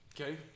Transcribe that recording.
Okay